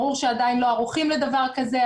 ברור שעדיין לא ערוכים לדבר כזה,